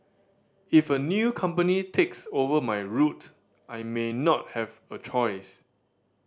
if a new company takes over my route I may not have a choice